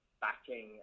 backing